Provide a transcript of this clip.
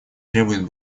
требует